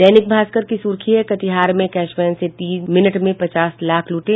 दैनिक भास्कर की सुर्खी है कटिहार में कैश वैन से तीन मिनट में पचास लाख लूटे